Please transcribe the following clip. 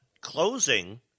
closing